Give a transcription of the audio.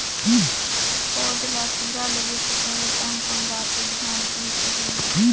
पौध ला कीरा लगे से पहले कोन कोन बात ला धियान देहेक होही?